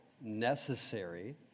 necessary